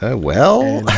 ah well?